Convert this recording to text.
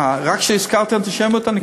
רק הזכרתי אנטישמיות, אני צריך לסיים?